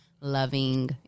loving